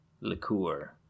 liqueur